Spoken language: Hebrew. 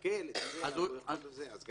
תסכל את גביית החוב הזה, גם